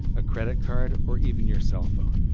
a credit card, or even your cell phone